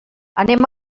anem